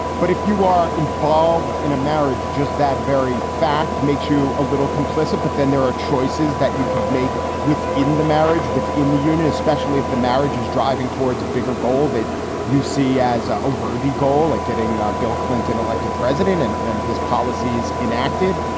but if you are involved in a marriage, just that very fact makes you a little complicit. but then there are choices that you could make within the marriage, within the union, especially if the marriage is driving towards a bigger goal that you see as a a worthy goal and like getting bill clinton elected president and and his policies enacted.